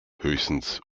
höchstens